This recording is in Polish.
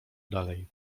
dalej